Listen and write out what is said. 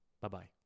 Bye-bye